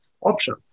option